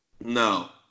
No